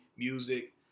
Music